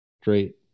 Straight